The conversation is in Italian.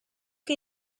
che